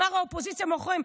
הוא אמר, האופוזיציה מאחוריכם.